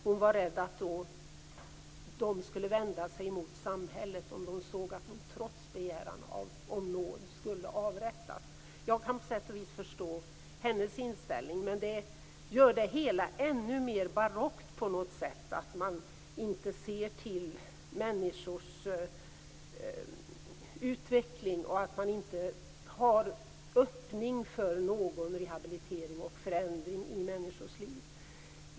Hon är rädd att de skall vända sig mot samhället om de såg att hon trots begäran om nåd skulle avrättas. Jag kan på sätt och vis förstå hennes inställning. Men det gör det hela ännu mer barockt att man inte ser till människors utveckling och att det inte finns en öppning för någon rehabilitering och förändring i människors liv.